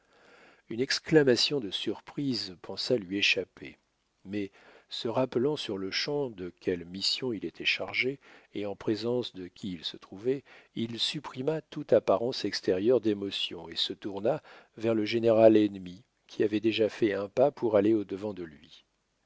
une exclamation de surprise pensa lui échapper mais se rappelant sur-le-champ de quelle mission il était chargé et en présence de qui il se trouvait il supprima toute apparence extérieure d'émotion et se tourna vers le général ennemi qui avait déjà fait un pas pour aller au-devant de lui